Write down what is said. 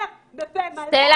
אומר בפה מלא: כן,